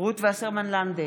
רות וסרמן לנדה,